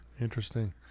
Interesting